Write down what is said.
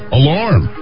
alarm